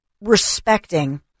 respecting